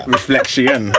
Reflection